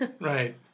Right